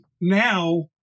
now